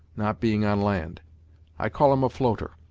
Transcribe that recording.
not being on land i call him a floater.